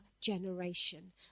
generation